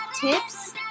tips